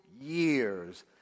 years